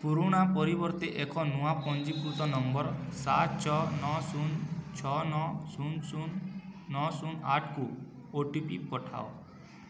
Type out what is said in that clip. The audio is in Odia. ପୁରୁଣା ପରିବର୍ତ୍ତେ ଏକ ନୂଆ ପଞ୍ଜୀକୃତ ନମ୍ବର୍ ସାତ ଛଅ ନଅ ଶୂନ ଛଅ ନଅ ଶୂନ ଶୂନ ନଅ ଶୂନ ଆଠକୁ ଓ ଟି ପି ପଠାଅ